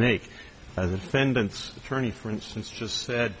make as a defendant's attorney for instance just said